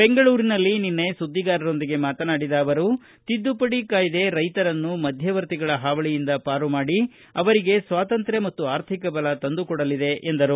ಬೆಂಗಳೂರಿನಲ್ಲಿ ನಿನ್ನೆ ಸುದ್ದಿಗಾರರೊಂದಿಗೆ ಮಾತನಾಡಿದ ಅವರು ತಿದ್ದುಪಡಿ ಕಾಯ್ದೆ ರೈತರನ್ನು ಮಧ್ವವರ್ತಿಗಳ ಹಾವಳಿಯಿಂದ ಪಾರುಮಾಡಿ ಅವರಿಗೆ ಸ್ವಾತಂತ್ರಯ ಮತ್ತು ಆರ್ಥಿಕ ಬಲ ತಂದುಕೊಡಲಿದೆ ಎಂದರು